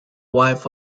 wife